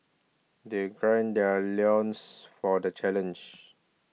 they gird their loins for the challenge